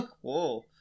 Whoa